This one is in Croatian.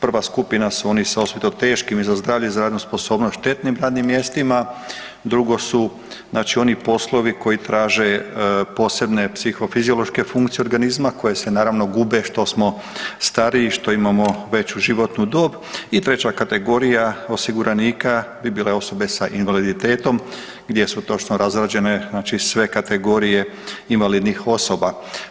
Prva skupina su oni sa osobito teškim i za zdravlje i za radnu sposobnost štetnim radnim mjestima, drugo su oni poslovi koji traže posebne psihofiziološke funkcije organizama koje se naravno gube što smo stariji, što imamo veću životnu dob i treća kategorija osiguranika bi bila osobe s invaliditetom gdje su točno razrađene sve kategorije invalidnih osoba.